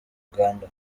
uganda